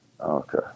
Okay